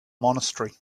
monastery